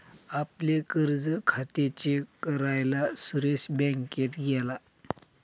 आपले कर्ज खाते चेक करायला सुरेश बँकेत गेला